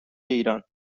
ایران